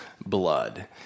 blood